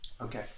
Okay